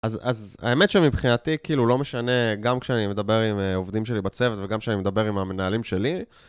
אז האמת שמבחינתי, כאילו, לא משנה, גם כשאני מדבר עם עובדים שלי בצוות וגם כשאני מדבר עם המנהלים שלי,